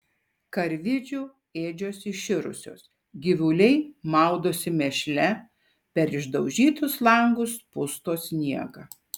karvidžių ėdžios iširusios gyvuliai maudosi mėšle per išdaužytus langus pusto sniegą